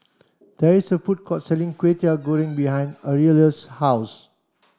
there is a food court selling Kway Teow Goreng behind Aurelio's house